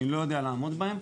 אני לא יודע לעמוד בהם.